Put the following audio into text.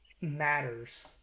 matters